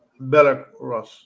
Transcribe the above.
Belarus